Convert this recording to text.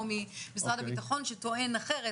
או ממשרד הביטחון שטוען אחרת,